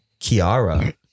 Kiara